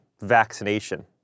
vaccination